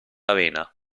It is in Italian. arena